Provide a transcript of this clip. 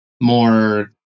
more